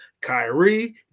Kyrie